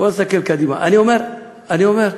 אני אומר: